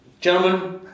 gentlemen